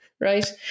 right